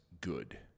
good